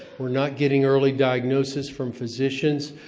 we're not getting early diagnosis from physicians.